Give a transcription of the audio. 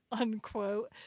unquote